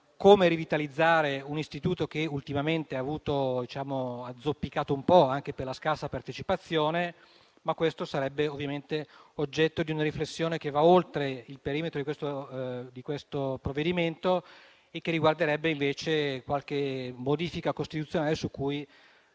come rivitalizzare un istituto che ultimamente ha zoppicato un po' anche per la scarsa partecipazione, ma questo sarebbe oggetto di una riflessione che va oltre il perimetro di questo provvedimento e che riguarderebbe invece qualche modifica costituzionale su cui